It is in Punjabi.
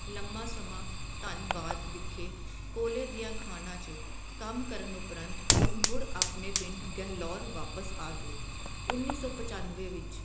ਲੰਮਾ ਸਮਾਂ ਧੰਨਵਾਦ ਵਿਖੇ ਕੋਲੇ ਦੀਆਂ ਖਾਣਾਂ 'ਚ ਕੰਮ ਕਰਨ ਉਪਰੰਤ ਉਹ ਮੁੜ ਆਪਣੇ ਪਿੰਡ ਗਹਲੋਰ ਵਾਪਸ ਆ ਗਏ ਉੱਨੀ ਸੋ ਪਚਾਨਵੇਂ ਵਿੱਚ